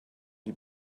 die